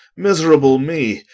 miserable me!